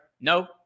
No